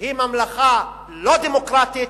היא ממלכה לא דמוקרטית,